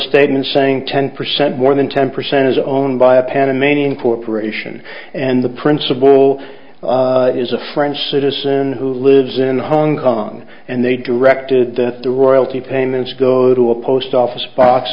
statement saying ten percent more than ten percent is owned by a panamanian corporation and the principal is a french citizen who lives in hong kong and they directed the royalty payments go to a post office box